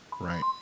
right